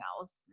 else